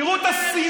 תראו את השנאה.